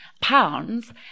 pounds